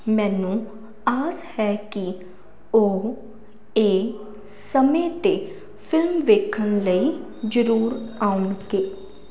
ਮੈਨੂੰ ਆਸ ਹੈ ਕਿ ਉਹ ਇਹ ਸਮੇਂ 'ਤੇ ਫਿਲਮ ਵੇਖਣ ਲਈ ਜ਼ਰੂਰ ਆਉਣਗੇ